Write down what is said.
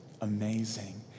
Amazing